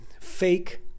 fake